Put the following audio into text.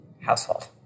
household